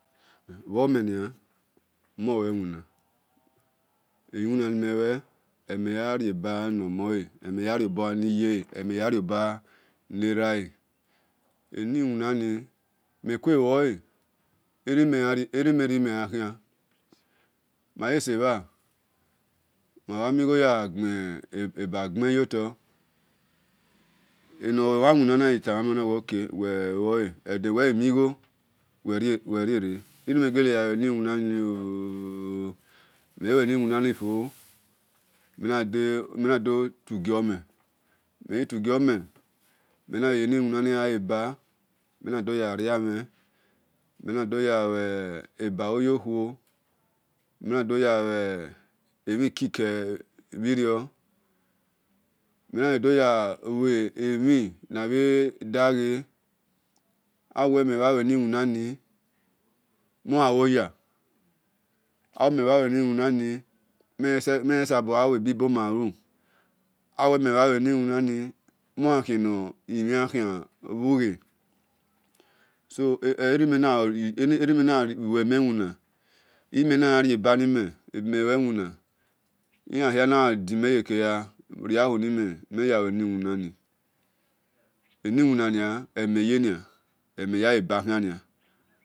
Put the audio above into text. Bho mhenia, molue wina, iwina ni mhelue, ole mhe yarieba niye le, ole mheyari eba ni emhen ole mheya rieba ni emhen le eni iwinani erimhe rimegha khia, mhe kue yagbe ba gben yotor enoyohan wina nawe uwe luole edenawe yanmhigho uwe rie-ra, irimo gele ya lue-eni winani ooo me luemiwi nahi fo mhe nadho tugiome, meghi tugiomhe mhene yeniwina ni ya ghaleba, mhena dho yariokhhu mhe dho yaluebalu yokuo mhenaya lue bade ghe, ewe mhen mhanlue eniwina ni mho gha yamhi ghe sabolue bi boma lu, awe mhe mha lue eni winani mongha limhian ichain bhuge so erime na lue mhe iwina, uyime nagha riebanime iyan hia nadime yeke ga ena riahu ni mhe ni mhe yalue eni wina ni eniwina nia ole mhe yenia ole mhe ye lebakhianian